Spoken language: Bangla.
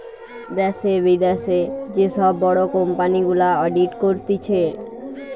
দ্যাশে, বিদ্যাশে যে সব বড় কোম্পানি গুলা অডিট করতিছে